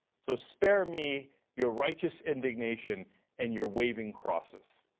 so spare me your righteous indignation and your waving crosses.